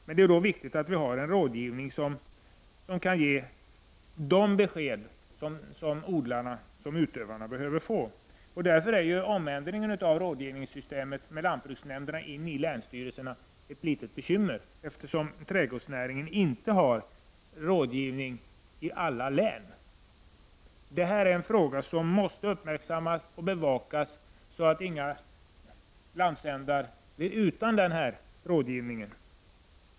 Men det är viktigt att vi har en rådgivning som kan ge de besked som utövarna av näringen behöver få. Ändringen av rådgivningssystemet -- med lantbruksnämnderna i länsstyrelserna -- är ett bekymmer, eftersom trädgårdsnäringen inte har rådgivning i alla län. Detta är en fråga som måste uppmärksammas och bevakas, så att inga landsändar blir utan denna rådgivning.